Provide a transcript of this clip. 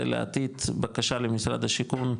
זה לעתיד בקשה למשרד השיכון,